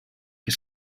qui